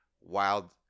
wild